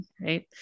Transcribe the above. right